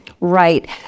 Right